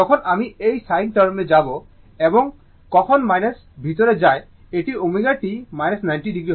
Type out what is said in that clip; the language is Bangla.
যখন আমি এই sin টার্মে যাব এবং কখন ভিতরে যায় এটি ω t 90o হবে